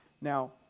Now